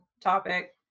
topic